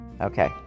Okay